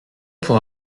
pour